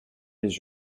les